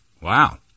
Wow